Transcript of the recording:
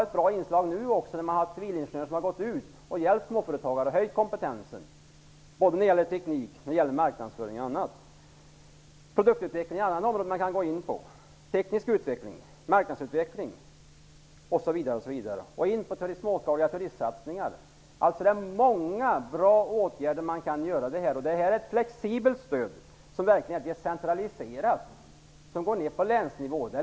Ett bra inslag har varit att civilingenjörer har hjälpt småföretagare att höja kompetensen i fråga om teknik, marknadsföring osv. Produktutveckling är ett annat område som kan nämnas. Det finns även teknisk utveckling, marknadsutveckling osv. Vidare finns det småskaliga turistsatsningar. Det finns många bra åtgärder som kan vidtas. Stödet är flexibelt, och det är verkligen decentraliserat. Det går ned på länsnivå.